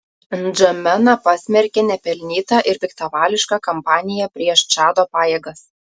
ndžamena pasmerkė nepelnytą ir piktavališką kampaniją prieš čado pajėgas